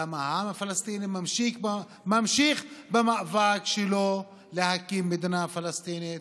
למה העם הפלסטיני ממשיך במאבק שלו להקים מדינה פלסטינית